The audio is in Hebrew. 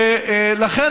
לכן,